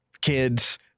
kids